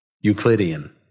Euclidean